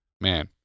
man